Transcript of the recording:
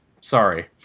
Sorry